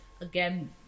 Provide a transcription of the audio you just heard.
again